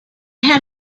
had